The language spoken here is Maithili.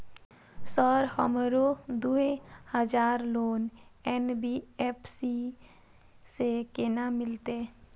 सर हमरो दूय हजार लोन एन.बी.एफ.सी से केना मिलते?